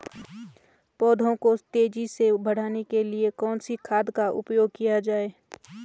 पौधों को तेजी से बढ़ाने के लिए कौन से खाद का उपयोग किया जाए?